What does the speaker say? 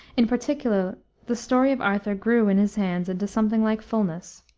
in particular the story of arthur grew in his hands into something like fullness.